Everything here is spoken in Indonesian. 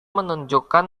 menunjukkan